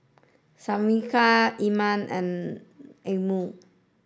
Syafiqah Iman and Anuar